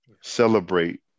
Celebrate